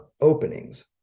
openings